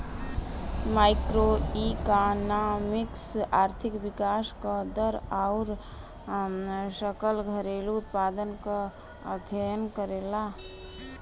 macroeconomics आर्थिक विकास क दर आउर सकल घरेलू उत्पाद क अध्ययन करला